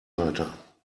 weiter